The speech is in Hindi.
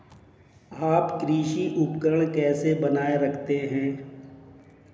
आप कृषि उपकरण कैसे बनाए रखते हैं?